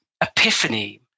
epiphany